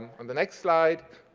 on the next slide,